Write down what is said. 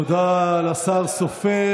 תודה לשר סופר.